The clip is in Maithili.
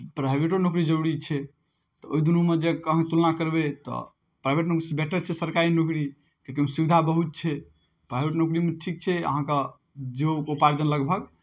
प्राइभेटो नौकरी जरूरी छै तऽ ओहि दुनूमे जे तुलना करबै तऽ प्राइभेटसँ बेटर छै सरकारी नौकरी किएकि ओहिमे सुविधा बहुत छै प्राइभेट नौकरीमे ठीक छै अहाँके जीविकोपार्जन लगभग